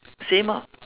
same ah